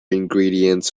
ingredients